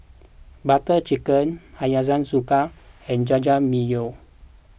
Butter Chicken Hiyashi Chuka and Jajangmyeon